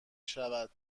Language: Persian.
شود